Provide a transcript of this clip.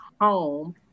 home